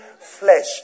flesh